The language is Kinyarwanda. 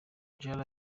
jean